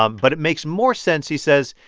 um but it makes more sense, he says,